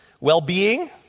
well-being